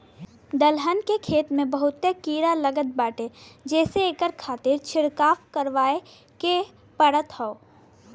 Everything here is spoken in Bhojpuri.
दलहन के खेत के बहुते कीड़ा लागत बाटे जेसे एकरे खातिर छिड़काव करवाए के पड़त हौ